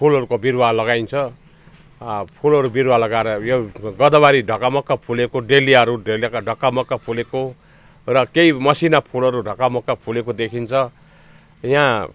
फुलहरूको बिरुवा लगाइन्छ फुलहरू बिरुवा लगाएर यो गदावारी ढकमक्क फुलेको डेलियाहरू डेलियाको ढकमक्क फुलेको र केही मसिना फुलहरू ढकमक्क फुलेको देखिन्छ यहाँ